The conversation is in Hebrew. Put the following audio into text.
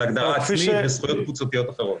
הגדרה עצמית וזכויות קבוצתיות אחרות.